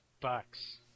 bucks